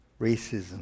racism